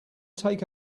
take